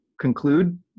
conclude